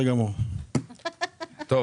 מי מטפל